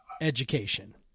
education